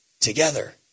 together